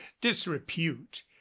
disrepute